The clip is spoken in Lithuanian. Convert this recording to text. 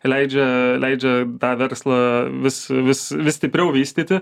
leidžia leidžia tą verslą vis vis vis stipriau vystyti